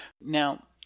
Now